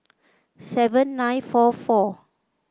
seven nine four four